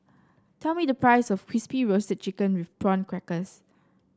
tell me the price of crispy roast chicken with Prawn Crackers